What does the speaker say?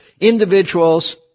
individuals